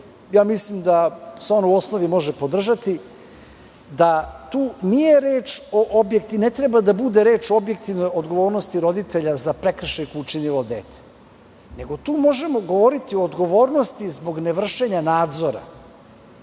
i mislim da se ona u osnovi može podržati – da tu ne treba da bude reč o objektivnoj odgovornosti roditelja za prekršaj koji je učinilo dete, nego tu možemo govoriti o odgovornosti zbog nevršenja nadzora.